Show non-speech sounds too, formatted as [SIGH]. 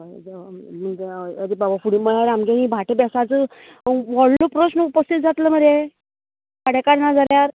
हय देवा [UNINTELLIGIBLE] आरे बाबा फुडें म्हळ्यार आमगेलीं हीं भाटां बेसांचो व्हडलो प्रस्न उपस्थीत जातलो मरे पाडेकार ना जाल्यार